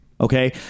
okay